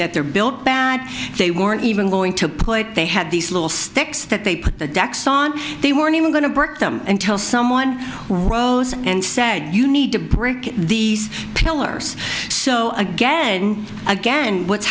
that they're built bad they weren't even going to play they had these little sticks that they put the deck sign they weren't even going to break them until someone rose and said you need to bring these pillars so again again what's